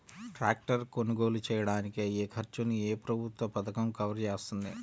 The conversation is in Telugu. ట్రాక్టర్ కొనుగోలు చేయడానికి అయ్యే ఖర్చును ఏ ప్రభుత్వ పథకం కవర్ చేస్తుంది?